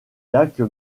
lac